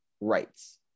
rights